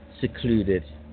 secluded